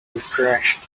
refreshed